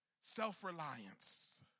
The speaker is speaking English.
Self-reliance